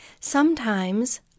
Sometimes